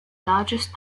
largest